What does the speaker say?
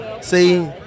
see